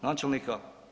Načelnika?